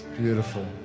beautiful